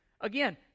Again